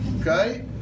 Okay